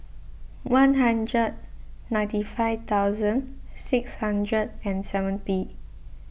one hundred ninety five thousand six hundred and seventy